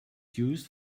used